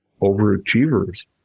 overachievers